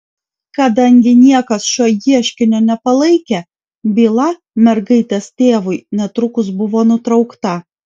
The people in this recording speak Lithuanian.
kadangi niekas šio ieškinio nepalaikė byla mergaitės tėvui netrukus buvo nutraukta